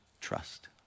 trust